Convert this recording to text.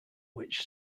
which